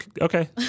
okay